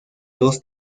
dos